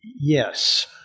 Yes